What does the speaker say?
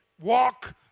Walk